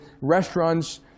Restaurants